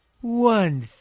one